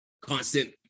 constant